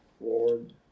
Lord